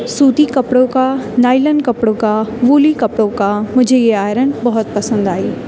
سوتی کپڑوں کا نائلن کپڑوں کا وولی کپڑوں کا مجھے یہ آئرن بہت پسند آئی